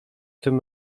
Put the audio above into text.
tym